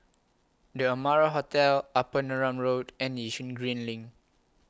The Amara Hotel Upper Neram Road and Yishun Green LINK